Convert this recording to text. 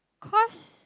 cause